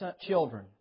children